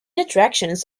attractions